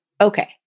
Okay